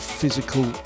physical